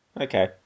Okay